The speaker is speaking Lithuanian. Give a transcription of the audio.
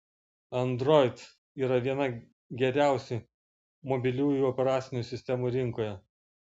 android yra viena geriausių mobiliųjų operacinių sistemų rinkoje